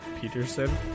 Peterson